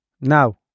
now